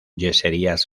yeserías